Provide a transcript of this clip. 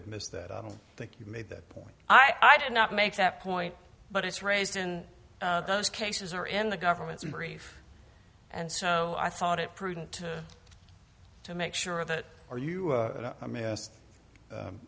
have missed that i don't think you made that point i did not make that point but it's raised in those cases or in the government's brief and so i thought it prudent to make sure that are you